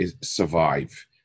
survive